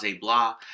blah